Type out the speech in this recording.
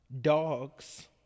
dogs